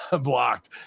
blocked